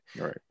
right